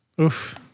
Oof